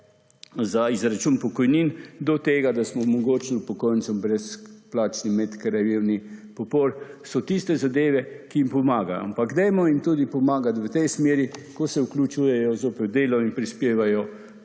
za izračun pokojnin do tega, da smo omogočili upokojencem brezplačni medkrajevni / nerazumljivo/ so tiste zadeve, ki jim pomagajo, ampak dajmo jim tudi pomagati v tej smeri, ko se vključujejo zoper delo in prispevajo